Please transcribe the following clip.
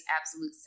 absolute